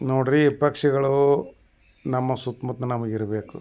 ನೋಡಿ ರೀ ಪಕ್ಷಿಗಳು ನಮ್ಮ ಸುತ್ತಮುತ್ತ ನಮಗೆ ಇರಬೇಕು